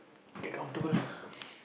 get comfortable